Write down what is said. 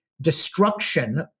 destruction